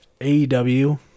AEW